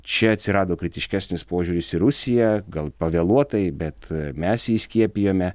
čia atsirado kritiškesnis požiūris į rusiją gal pavėluotai bet mes jį įskiepijome